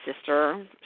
sister